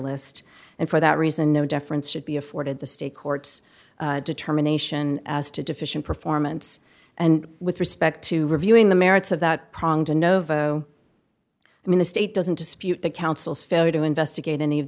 list and for that reason no deference should be afforded the state courts determination as to deficient performance and with respect to reviewing the merits of that ponta novo i mean the state doesn't dispute the council's failure to investigate any of